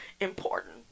important